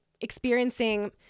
experiencing